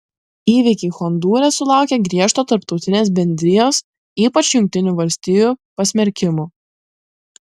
įvykiai hondūre sulaukė griežto tarptautinės bendrijos ypač jungtinių valstijų pasmerkimo